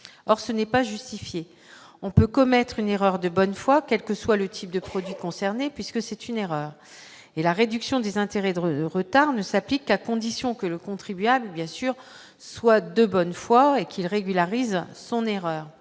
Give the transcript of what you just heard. alors ce n'est pas justifiée, on peut commettre une erreur de bonne foi, quel que soit le type de produits concernés puisque c'est une erreur et la réduction des intérêts Dreux retard ne s'applique qu'à condition que le contribuable bien sûr soit de bonne foi et qu'il régularise son erreur,